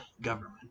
government